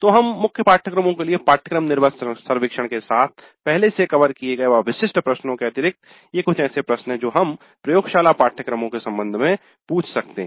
तो हम मुख्य पाठ्यक्रमों के लिए पाठ्यक्रम निर्गत सर्वेक्षण के साथ पहले से ही कवर किए गए व विशिष्ट प्रश्नों के अतिरिक्त ये कुछ ऐसे प्रश्न हैं जो हम प्रयोगशाला पाठ्यक्रमों के संबंध में पूछ सकते हैं